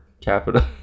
capita